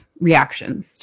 reactions